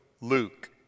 Luke